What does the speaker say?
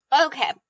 Okay